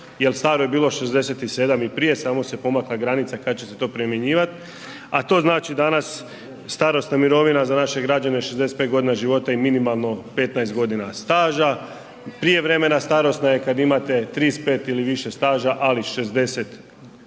starosna mirovina za naše građane je 65 godina života i minimalno 15 godina staža. Prijevremena starosna je kada imate 35 ili više staža, ali 60 do